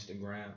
Instagram